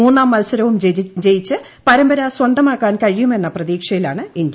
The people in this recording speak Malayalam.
മൂന്നാം മത്സരവും ജയിച്ച് പരമ്പര സ്വന്തമാക്കാൻ കഴിയുമെന്ന പ്രതീക്ഷയിലാണ് ഇന്ത്യ